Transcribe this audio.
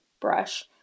brush